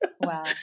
Wow